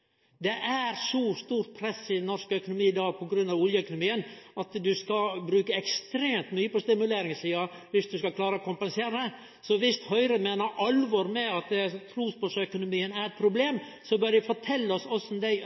Det er så stort press i den norske økonomien i dag på grunn av oljeøkonomien at ein skal bruke ekstremt mykje på stimuleringssida for å klare å kompensere. Viss Høgre meiner alvorleg at tosporsøkonomien er eit problem, bør dei fortelje oss korleis dei ønskjer å redusere presset i oljeøkonomien og kva for skattereformer dei